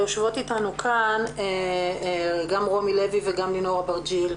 יושבות אתנו כאן גם רוני לוי וגם לינור אברג'יל,